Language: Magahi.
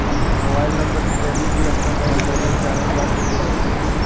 मोबाइल नंबर के जरिए भी अपना बैंक बैलेंस जानल जा सको हइ